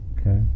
Okay